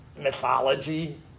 mythology